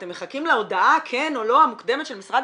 אתם מחכים להודעה כן או לא המוקדמת של משרד